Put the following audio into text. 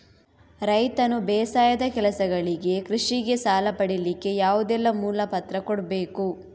ರೈತನು ಬೇಸಾಯದ ಕೆಲಸಗಳಿಗೆ, ಕೃಷಿಗೆ ಸಾಲ ಪಡಿಲಿಕ್ಕೆ ಯಾವುದೆಲ್ಲ ಮೂಲ ಪತ್ರ ಕೊಡ್ಬೇಕು?